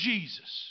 Jesus